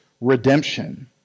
redemption